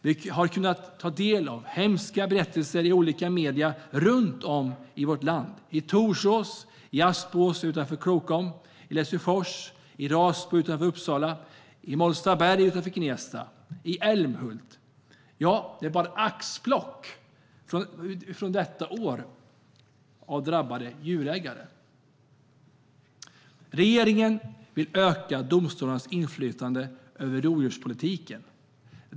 Vi har kunnat ta del av hemska berättelser i olika medier runt om vårt land, i Torsås, i Aspås utanför Krokom, i Lesjöfors, i Rasbo utanför Uppsala, i Molstaberg utanför Gnesta och i Älmhult. Det är bara axplock av drabbade djurägare under detta år. Regeringen vill öka domstolarnas inflytande över rovdjurspolitiken.